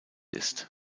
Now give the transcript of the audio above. ist